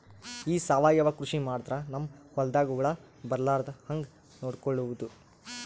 ಈ ಸಾವಯವ ಕೃಷಿ ಮಾಡದ್ರ ನಮ್ ಹೊಲ್ದಾಗ ಹುಳ ಬರಲಾರದ ಹಂಗ್ ನೋಡಿಕೊಳ್ಳುವುದ?